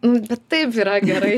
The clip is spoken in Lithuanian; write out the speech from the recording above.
nu bet taip yra gerai